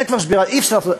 זה כבר שבירה, אי-אפשר לעשות.